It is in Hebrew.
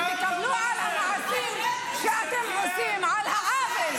אני אומרת לו: אני מפחדת רק מאחד,